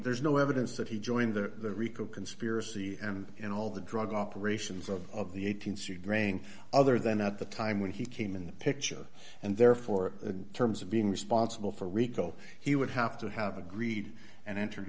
there's no evidence that he joined the rico conspiracy and in all the drug operations of the eight hundred grain other than at the time when he came in the picture and therefore the terms of being responsible for rico he would have to have agreed and entered